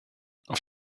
auf